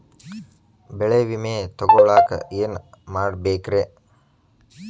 ಬೆಳೆ ವಿಮೆ ತಗೊಳಾಕ ಏನ್ ಮಾಡಬೇಕ್ರೇ?